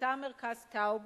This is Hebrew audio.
מטעם מרכז טאוב.